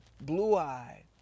blue-eyed